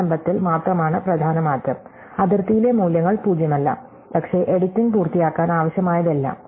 സമാരംഭത്തിൽ മാത്രമാണ് പ്രധാന മാറ്റം അതിർത്തിയിലെ മൂല്യങ്ങൾ പൂജ്യമല്ല പക്ഷേ എഡിറ്റിംഗ് പൂർത്തിയാക്കാൻ ആവശ്യമായതെല്ലാം